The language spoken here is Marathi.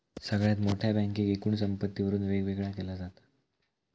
सगळ्यात मोठ्या बँकेक एकूण संपत्तीवरून वेगवेगळा केला जाता